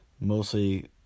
mostly